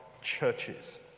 churches